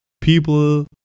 people